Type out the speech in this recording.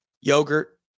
yogurt